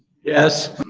yes.